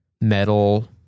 metal